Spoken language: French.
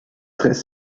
très